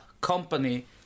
Company